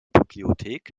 bibliothek